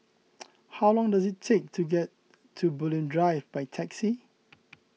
how long does it take to get to Bulim Drive by taxi